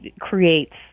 creates